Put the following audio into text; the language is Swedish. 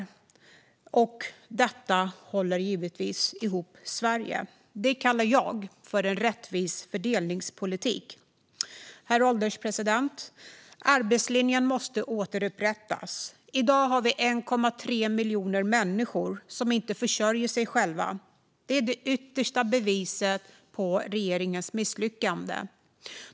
Detta håller givetvis ihop Sverige. Det kallar jag för en rättvis fördelningspolitik. Herr ålderspresident! Arbetslinjen måste återupprättas. I dag har vi 1,3 miljoner människor som inte försörjer sig själva. Det är det yttersta beviset på regeringens misslyckande.